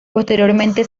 posteriormente